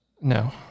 No